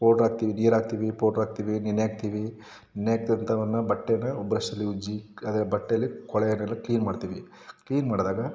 powder ಹಾಕ್ತೀವಿ ನೀರು ಹಾಕ್ತೀವಿ ಪೌಡ್ರ್ ಹಾಕ್ತೀವಿ ನೆನೆ ಹಾಕ್ತೀವಿ ನೆನೆ ಹಾಕ್ದಂಥವನ್ನ ಬಟ್ಟೆನ ಬ್ರಷ್ನಲ್ಲಿ ಉಜ್ಜಿ ಅದೇ ಬಟ್ಟೆಯಲ್ಲಿ ಕೊಳೆಯನ್ನೆಲ್ಲ ಕ್ಲೀನ್ ಮಾಡ್ತೀವಿ ಕ್ಲೀನ್ ಮಾಡಿದಾಗ